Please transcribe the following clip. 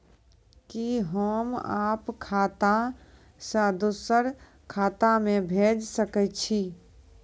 कि होम आप खाता सं दूसर खाता मे भेज सकै छी?